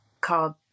called